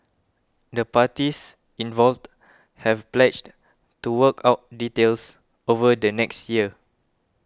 the parties involved have pledged to work out details over the next year